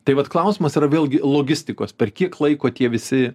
tai vat klausimas yra vėlgi logistikos per kiek laiko tie visi